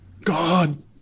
God